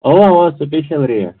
اَوا اَوا special rate